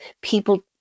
people